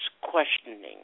Questioning